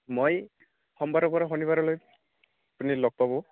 মই সোমবাৰৰ পৰা শনিবাৰলৈ আপুনি লগ পাব